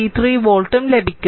33 വോൾട്ടും ലഭിക്കും